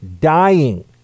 dying